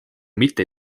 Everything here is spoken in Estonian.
mitte